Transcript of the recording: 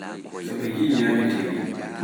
so ndu yii nyamnuda